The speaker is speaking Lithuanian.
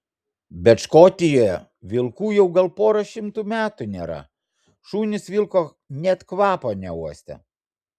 bet škotijoje vilkų jau gal pora šimtų metų nėra šunys vilko net kvapo neuostę